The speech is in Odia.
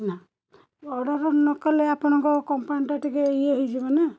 ନା ଅର୍ଡ଼ର ନକଲେ ଆପଣଙ୍କ କମ୍ପାନୀଟା ଟିକିଏ ଇଏ ହେଇଯିବ ନା